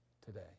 today